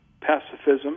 pacifism